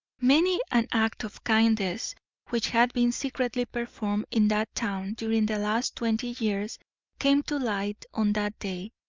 many an act of kindness which had been secretly performed in that town during the last twenty years came to light on that day,